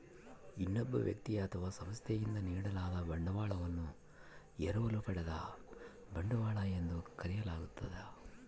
ಇನ್ನೊಬ್ಬ ವ್ಯಕ್ತಿ ಅಥವಾ ಸಂಸ್ಥೆಯಿಂದ ನೀಡಲಾದ ಬಂಡವಾಳವನ್ನು ಎರವಲು ಪಡೆದ ಬಂಡವಾಳ ಎಂದು ಕರೆಯಲಾಗ್ತದ